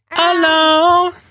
alone